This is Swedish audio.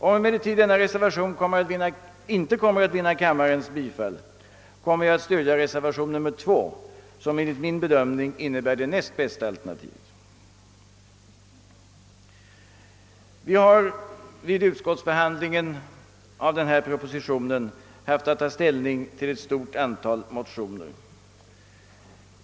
Om den emellertid inte vinner kammarens bifall, kommer jag att stödja reservationen 2, som enligt min bedömning innebär det näst bästa alternativet. Vid utskottsbehandlingen av proposition nr 129 har vi haft att ta ställning till ett stort antal motioner.